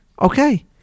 Okay